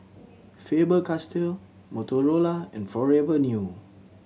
Faber Castell Motorola and Forever New